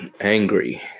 Angry